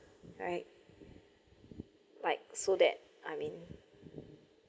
right like so that I mean